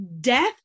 Death